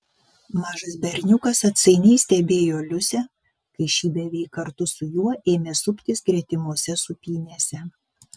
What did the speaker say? mažas berniukas atsainiai stebėjo liusę kai ši beveik kartu su juo ėmė suptis gretimose sūpynėse